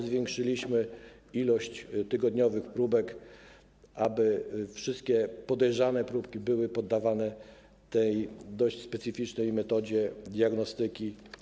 Zwiększyliśmy ilość tygodniowych próbek, aby wszystkie podejrzane próbki były poddawane tej dość specyficznej metodzie diagnostyki.